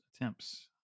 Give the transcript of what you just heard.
attempts